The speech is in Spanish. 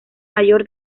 mayor